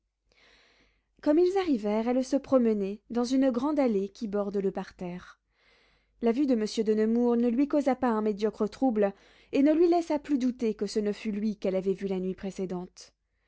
comme ils arrivèrent elle se promenait dans une grande allée qui borde le parterre la vue de monsieur de nemours ne lui causa pas un médiocre trouble et ne lui laissa plus douter que ce ne fût lui qu'elle avait vu la nuit précédente